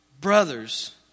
Brothers